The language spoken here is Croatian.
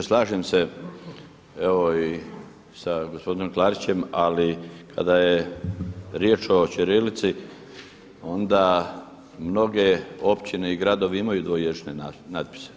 Slažem se evo i sa gospodinom Klarićem ali kada je riječ o ćirilici onda mnoge općine i gradovi imaju dvojezične natpise.